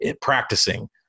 practicing